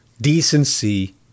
decency